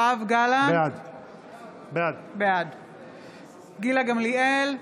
בעד גילה גמליאל,